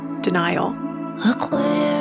Denial